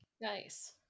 Nice